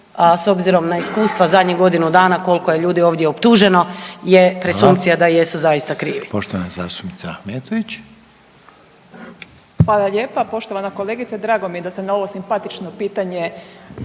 s obzirom na iskustva zadnjih godinu dana koliko je ljudi ovdje optuženo je …/Upadica: Hvala./… presumpcija da jesu zaista krivi.